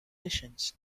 visions